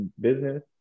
business